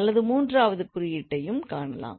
அல்லது மூன்றாவது குறியீட்டையும் காணலாம்